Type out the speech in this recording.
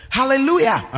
Hallelujah